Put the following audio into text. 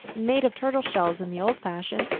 made of turtle-shells, in the old fashion,